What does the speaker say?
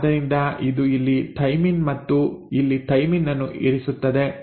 ಆದ್ದರಿಂದ ಇದು ಇಲ್ಲಿ ಥೈಮಿನ್ ಮತ್ತು ಇಲ್ಲಿ ಥೈಮಿನ್ ಅನ್ನು ಇರಿಸುತ್ತದೆ